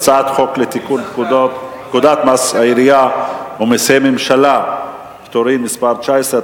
חוק לתיקון פקודת מסי העירייה ומסי הממשלה (פטורין) (מס' 19),